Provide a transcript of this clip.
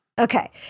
Okay